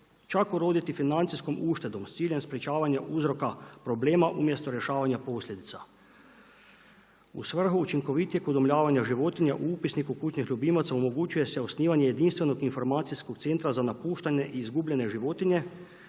čak uroditi financijskom uštedom s ciljem sprečavanja uzroka problema umjesto rješavanja posljedica. U svrhu učinkovitijeg udomljavanja životinja u Upisniku kućnih ljubimaca omogućuje se osnivanje Jedinstvenog informacijskog centra za napuštene i izgubljene životinje